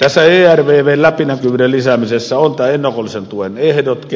tässä ervvn läpinäkyvyyden lisäämisessä on keskeistä ennakollisen tuen ehdot